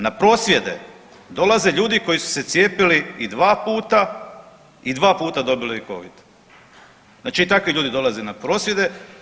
Na prosvjede dolaze ljudi koji su se cijepili i dva puta i dva puta dobili covid, znači i takvi ljudi dolaze na prosvjede.